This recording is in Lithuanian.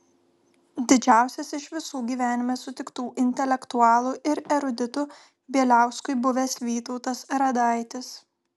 didžiausias iš visų gyvenime sutiktų intelektualų ir eruditų bieliauskui buvęs vytautas radaitis